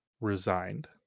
resigned